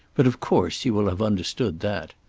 but of course you will have understood that.